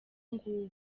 nguwo